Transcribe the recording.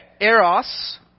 eros